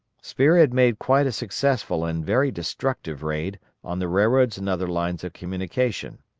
spear had made quite a successful and very destructive raid on the railroads and other lines of communication.